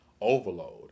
overload